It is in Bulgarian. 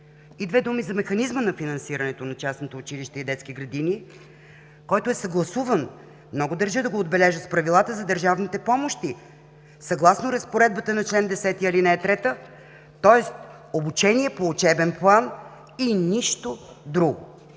Две думи за механизма на финансирането на частните училища и детски градини, който е съгласуван – много държа да го отбележа, с правилата за държавните помощи съгласно разпоредбата на чл. 10, ал. 3, тоест обучение по учебен план и нищо друго.